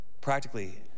practically